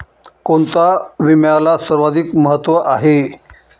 कोणता विम्याला सर्वाधिक महत्व आहे?